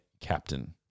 captain